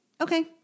okay